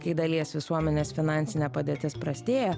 kai dalies visuomenės finansinė padėtis prastėja